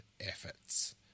efforts